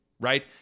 right